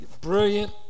Brilliant